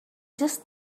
just